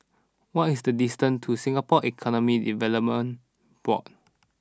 what is the distance to Singapore Economic Development Board